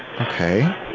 Okay